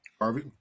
Harvey